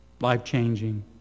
life-changing